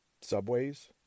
subways